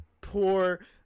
poor